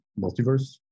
multiverse